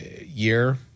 year